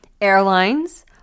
Airlines